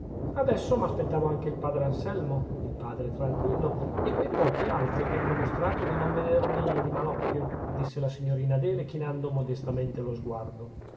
adesso m'aspettavo anche il padre anselmo il padre tranquillo e quei pochi altri che hanno mostrato di non vedermi di mal occhio disse la signorina adele chinando modestamente lo sguardo